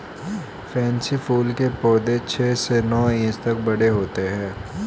pansy फूल के पौधे छह से नौ इंच तक बड़े होते हैं